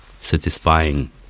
satisfying